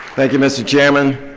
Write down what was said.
thank you, mr. chairman.